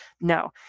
no